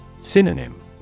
Synonym